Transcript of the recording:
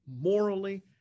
morally